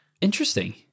Interesting